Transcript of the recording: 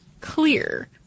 clear